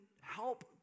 help